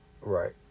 Right